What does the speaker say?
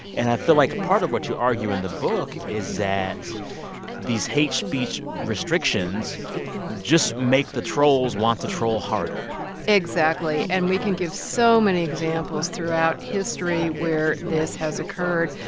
and i feel like a part of what you argue in the book is that these hate speech restrictions just make the trolls want to troll harder exactly. and we can give so many examples throughout history where this has occurred.